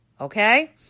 okay